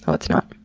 so it's not?